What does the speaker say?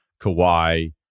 Kawhi